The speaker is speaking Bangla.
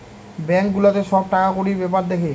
বেঙ্ক গুলাতে সব টাকা কুড়ির বেপার দ্যাখে